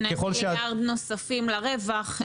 שני מיליארד נוספים לרווח.